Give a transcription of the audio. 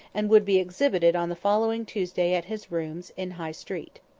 and would be exhibited on the following tuesday at his rooms in high street.